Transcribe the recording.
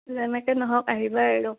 যেনেকে নহওক আহিবা আৰু